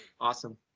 awesome